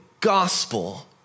gospel